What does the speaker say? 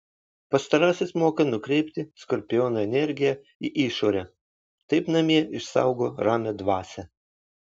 pastarasis moka nukreipti skorpiono energiją į išorę taip namie išsaugo ramią dvasią